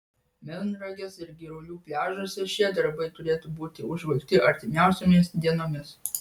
melnragės ir girulių pliažuose šie darbai turėtų būti užbaigti artimiausiomis dienomis